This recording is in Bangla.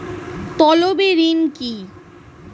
তলবি ঋণ কি?